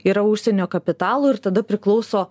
yra užsienio kapitalo ir tada priklauso